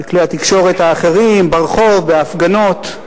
בכלי התקשורת האחרים, ברחוב, בהפגנות.